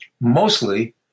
mostly